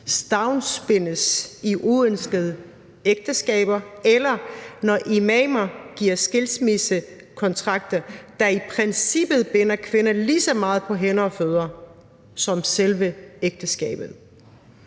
stavnsbindes i uønskede ægteskaber, eller når imamer udarbejder skilsmissekontrakter, der i princippet binder kvinder lige så meget på hænder og fødder som selve ægteskabet.